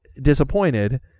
disappointed